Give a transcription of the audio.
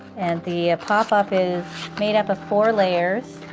and the pop-up is made up of four layers,